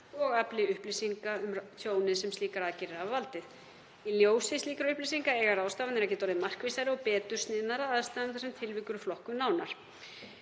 og afli upplýsinga um tjónið sem slíkar aðgerðir hafa valdið. Í ljósi slíkra upplýsinga eigi ráðstafanir að geta orðið markvissari og betur sniðnar að aðstæðum þar sem tilvik eru flokkuð nánar.